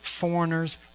foreigners